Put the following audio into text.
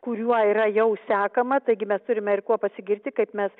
kuriuo yra jau sekama taigi mes turime ir kuo pasigirti kaip mes